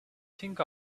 think